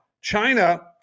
China